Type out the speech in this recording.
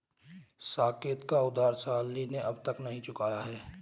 साकेत का उधार शालिनी ने अब तक नहीं चुकाया है